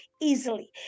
easily